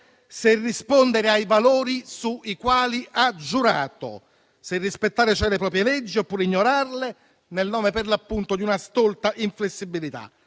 se rispondere ai valori sui quali ha giurato, se rispettare cioè le proprie leggi, oppure ignorarle, nel nome per l'appunto di una stolta inflessibilità.